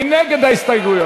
מי נגד ההסתייגויות?